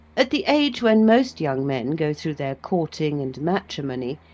at the age when most young men go through their courting and matrimony,